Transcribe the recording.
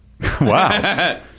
Wow